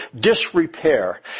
disrepair